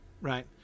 right